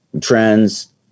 trends